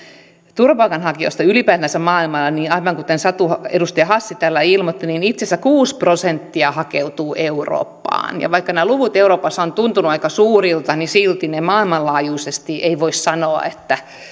turvapaikanhakijoista ylipäätänsä maailmalla niin aivan kuten edustaja hassi täällä ilmoitti itse asiassa kuusi prosenttia hakeutuu eurooppaan ja vaikka nämä luvut euroopassa ovat tuntuneet aika suurilta silti maailmanlaajuisesti ei voi sanoa että